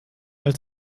als